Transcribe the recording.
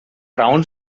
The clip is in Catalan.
raons